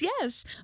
yes